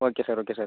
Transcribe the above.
okay sir okay sir